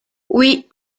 oui